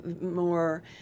more